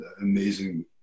amazing